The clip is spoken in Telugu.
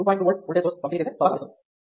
2V ఓల్టేజ్ సోర్స్ పంపిణీ చేసే పవర్ లభిస్తుంది